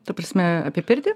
ta prasme apie piltį